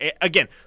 again